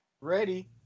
Ready